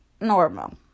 normal